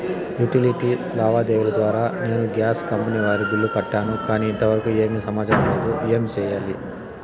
Utility లావాదేవీల ద్వారా నేను గ్యాస్ కంపెని వారి బిల్లు కట్టాను కానీ ఇంతవరకు ఏమి సమాచారం లేదు, ఏమి సెయ్యాలి?